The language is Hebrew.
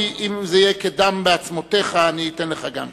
אם זה יהיה כדם בעצמותיך, אני אתן גם לך.